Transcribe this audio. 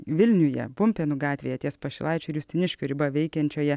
vilniuje pumpėnų gatvėje ties pašilaičių ir justiniškių riba veikiančioje